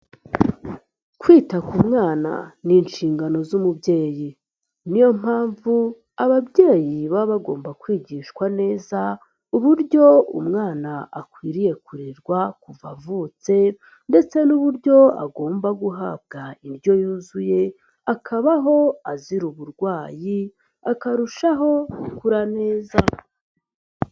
Kwita ku mwana ni inshingano z'umubyeyi, ni yo mpamvu ababyeyi baba bagomba kwigishwa neza uburyo umwana akwiriye kurerwa kuva avutse ndetse n'uburyo agomba guhabwa indyo yuzuye, akabaho azira uburwayi akarushaho gukura neza.